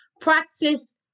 Practice